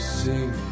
sing